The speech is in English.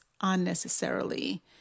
unnecessarily